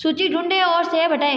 सूची ढूँढे और सेब हटाएँ